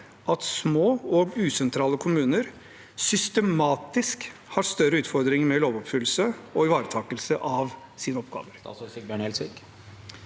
at små og usentrale kommuner systematisk har større utfordringer med lovoppfyllelse og ivaretakelse av sine oppgaver.